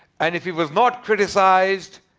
and if he was not criticized.